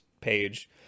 page